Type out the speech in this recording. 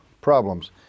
problems